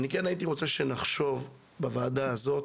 הייתי רוצה שנחשוב בוועדה הזאת